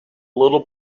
little